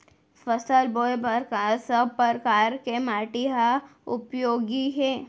फसल बोए बर का सब परकार के माटी हा उपयोगी हे?